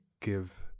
give